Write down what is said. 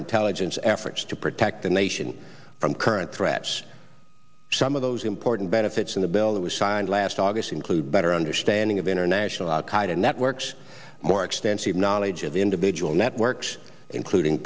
intelligence efforts to protect the nation from current threats some of those important benefits in the bill that was signed last august include better understanding of international qaida networks more extensive knowledge of the individual networks including